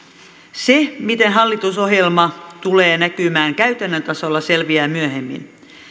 se miten hallitusohjelma tulee näkymään käytännön tasolla selviää myöhemmin